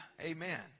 Amen